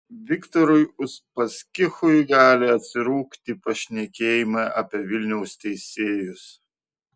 viktorui uspaskichui gali atsirūgti pašnekėjimai apie vilniaus teisėjus